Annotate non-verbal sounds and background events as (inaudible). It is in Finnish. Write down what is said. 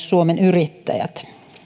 (unintelligible) suomen yrittäjät